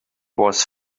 was